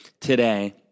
today